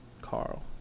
Carl